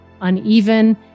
uneven